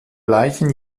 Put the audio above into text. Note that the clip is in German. gleichen